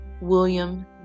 William